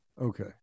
Okay